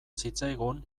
zitzaigun